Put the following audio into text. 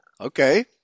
Okay